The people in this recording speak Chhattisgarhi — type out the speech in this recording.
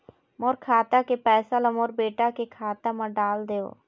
मोर खाता के पैसा ला मोर बेटा के खाता मा डाल देव?